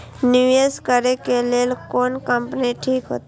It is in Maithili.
निवेश करे के लेल कोन कंपनी ठीक होते?